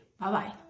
Bye-bye